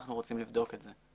אנחנו רוצים לבדוק את זה.